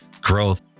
growth